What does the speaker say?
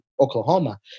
Oklahoma